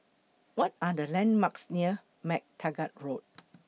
What Are The landmarks near MacTaggart Road